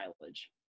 mileage